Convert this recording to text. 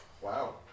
Wow